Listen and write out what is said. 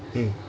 mm